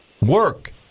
work